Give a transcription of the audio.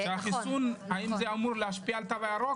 האם החיסון אמור להשפיע על התו הירוק?